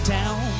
Town